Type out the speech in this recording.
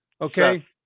Okay